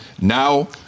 now